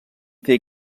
fer